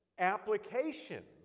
Applications